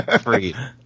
free